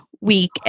week